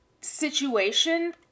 situation